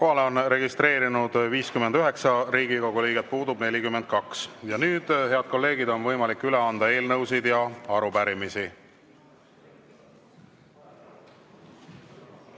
on registreerunud 59 Riigikogu liiget, puudub 42.Ja nüüd, head kolleegid, on võimalik üle anda eelnõusid ja arupärimisi.